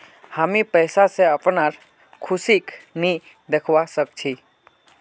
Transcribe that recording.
हामी पैसा स अपनार खुशीक नइ खरीदवा सख छि